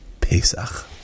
Pesach